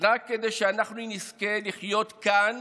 רק כדי שאנחנו נזכה לחיות כאן